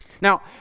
Now